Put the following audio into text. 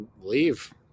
leave